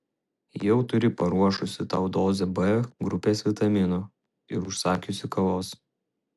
jau turi paruošusi tau dozę b grupės vitaminų ir užsakiusi kavos